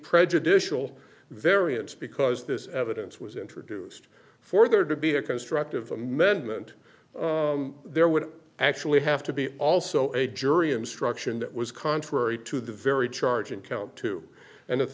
prejudicial variance because this evidence was introduced for there to be a constructive amendment there would actually have to be also a jury instruction that was contrary to the very charge in count two and i